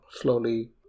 slowly